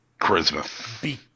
charisma